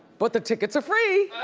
but the tickets are free.